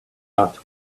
out